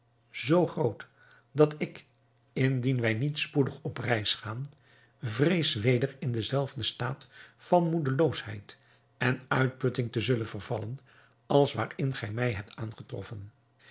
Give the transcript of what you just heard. zou groot dat ik indien wij niet spoedig op reis gaan vrees weder in denzelfden staat van moedeloosheid en uitputting te vervallen als waarin gij mij hebt aangetroffen